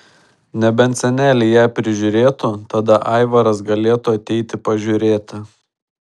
nebent seneliai ją prižiūrėtų tada aivaras galėtų ateiti pažiūrėti